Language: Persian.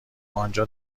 انجا